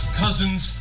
cousin's